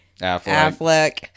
Affleck